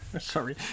sorry